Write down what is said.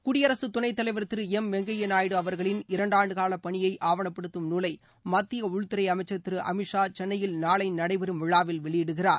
குடியரசுத் துணைத் தலைவர் திரு எம் வெங்கையா நாயுடு அவர்களின் இரண்டு ஆண்டுகாலப் பணியை ஆவணப்படுத்தும் நூலை மத்திய உள்துறை அமைச்சர் திரு அமித்ஷா சென்னையில் நாளை நடைபெறும் விழாவில் வெளியிடுகிறார்